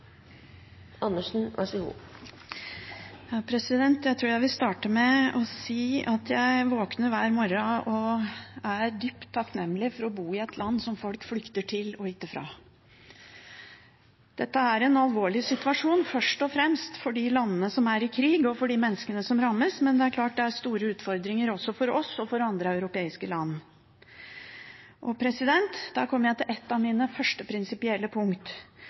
dypt takknemlig for å bo i et land som folk flykter til, og ikke fra. Dette er en alvorlig situasjon først og fremst for de landene som er i krig, og for de menneskene som rammes, men det er klart det er store utfordringer også for oss og for andre europeiske land. Da kommer jeg til mitt første prinsipielle punkt: